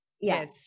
Yes